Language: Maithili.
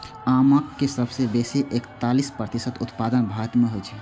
आमक सबसं बेसी एकतालीस प्रतिशत उत्पादन भारत मे होइ छै